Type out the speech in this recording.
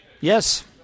Yes